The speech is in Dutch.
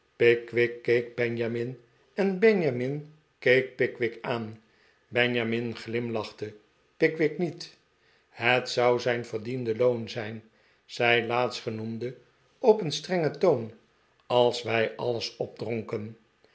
pickwick keek benjamin en benjamin keek pickwick aan benjamin glimlachte pickwick niet het zou zijn verdiende loon zijn zei laatstgenoemde op een strengen toon als wij alles opdronken